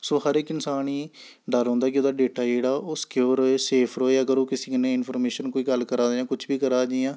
सो हर इक इसांन गी डर रौंह्दा कि ओह्दा डेटा जेह्ड़ा ओह् सक्योर र'वै सेफ र'वै अगर ओह् किसी कन्नै इंफर्मेशन कोई गल्ल करा दा जां कुछ बी करा दा जि'यां